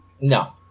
No